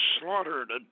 slaughtered